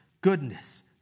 goodness